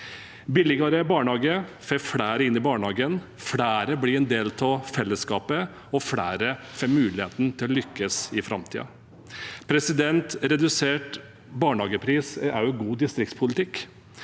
Billigere barnehage får flere inn i barnehagen, flere blir en del av fellesskapet, og flere får muligheten til å lykkes i framtiden. Redusert barnehagepris er også god distriktspolitikk.